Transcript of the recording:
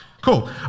Cool